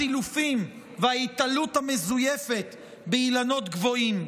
הסילופים וההיתלות המזויפת באילנות גבוהים.